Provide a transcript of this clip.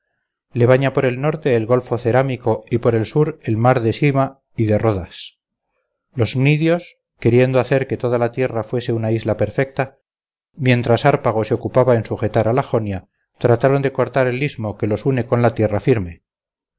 le baña por el norte el golfo ceramico y por el sur el mar de syma y de rodas los cnidios queriendo hacer que toda la tierra fuese una isla perfecta mientras hárpago se ocupaba en sujetar a la jonia trataron de cortar el istmo que los une con la tierra firme